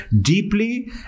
deeply